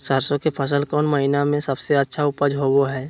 सरसों के फसल कौन महीना में सबसे अच्छा उपज होबो हय?